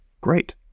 great